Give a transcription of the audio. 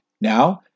now